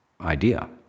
idea